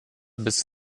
bis